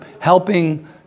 helping